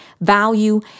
value